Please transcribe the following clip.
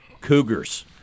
Cougars